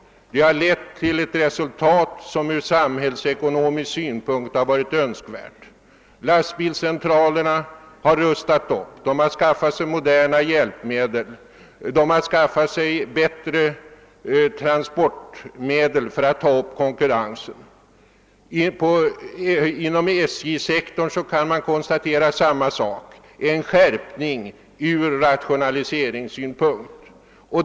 Det har lett till ett resultat som ur samhällsekonomisk synpunkt har varit önskvärt. Lastbilscentralerna har rustat upp. De har skaffat sig moderna hjälpmedel i fråga om både kontorsorganisation och bättre transportmedel för att ta upp konkurrensen. Inom SJ-sektorn kan man konstatera samma sak: en skärpning ur rationaliseringssynpunkt.